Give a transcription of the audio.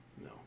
No